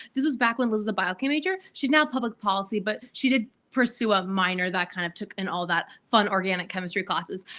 this was back when liz is a biochem major, she's now public policy, but she did pursue a minor that kind of took and all that fun organic chemistry classes.